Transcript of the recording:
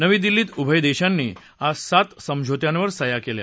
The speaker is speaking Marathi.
नवी दिल्लीत उभय देशांनी आज सात समझोत्यांवर सह्या केल्या